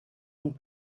und